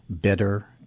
bitter